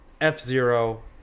F-Zero